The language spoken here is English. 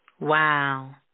Wow